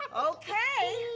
okay,